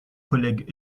collègues